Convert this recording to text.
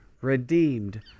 redeemed